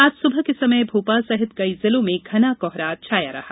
आज सुबह के समय भोपाल सहित कई जिलों में घना कोहरा छाया रहा